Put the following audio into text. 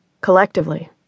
Collectively